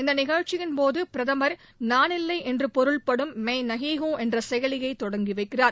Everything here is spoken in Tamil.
இந்த நிகழ்ச்சியின்போது பிரதமர் நான் இல்லை என்று பொருள்படும் மை நஹி ஹும் என்ற செயலியை தொடங்கி வைக்கிறார்